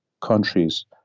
countries